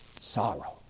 sorrow